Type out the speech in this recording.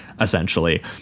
essentially